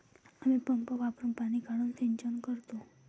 आम्ही पंप वापरुन पाणी काढून सिंचन करतो